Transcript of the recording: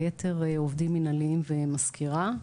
והיתר עובדים מנהליים ומזכירה.